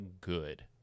good